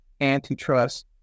antitrust